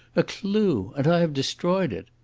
a clue! and i have destroyed it!